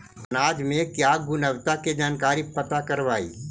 अनाज मे क्या गुणवत्ता के जानकारी पता करबाय?